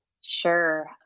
Sure